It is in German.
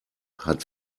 hat